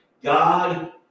God